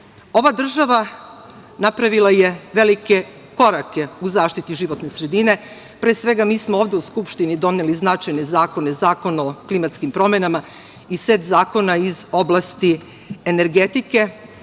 država napravila je velike korake u zaštiti životne sredine. Pre svega, mi smo ovde u Skupštini doneli značajne zakone - Zakon o klimatskim promenama i set zakona iz oblasti energetike,